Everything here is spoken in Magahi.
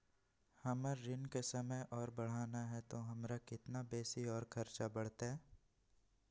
हमर ऋण के समय और बढ़ाना है तो हमरा कितना बेसी और खर्चा बड़तैय?